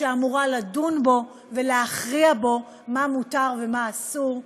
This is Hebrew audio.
שאמורה לדון בו ולהכריע בו מה מותר ומה אסור,